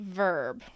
verb